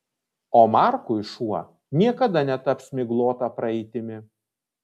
o markui šuo niekada netaps miglota praeitimi